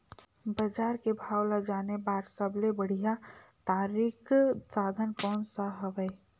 बजार के भाव ला जाने बार सबले बढ़िया तारिक साधन कोन सा हवय?